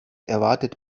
erwartet